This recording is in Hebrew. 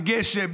בגשם,